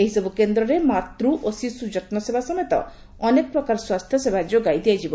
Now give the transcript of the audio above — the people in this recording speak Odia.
ଏହିସବୁ କେନ୍ଦ୍ରରେ ମାତ୍ ଓ ଶିଶୁ ଯତ୍ସେବା ସମେତ ଅନେକ ପ୍ରକାର ସ୍ୱାସ୍ଥ୍ୟସେବା ଯୋଗାଇ ଦିଆଯିବ